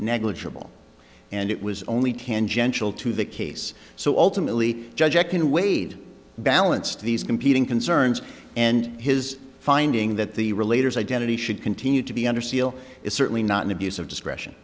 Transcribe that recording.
negligible and it was only tangential to the case so ultimately judge ecan weighed balanced these competing concerns and his finding that the relator identity should continue to be under seal is certainly not an abuse of discretion